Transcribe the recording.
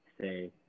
say